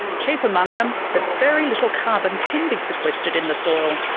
chief among them that very little carbon can be sequestered in the soil.